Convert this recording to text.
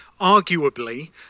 arguably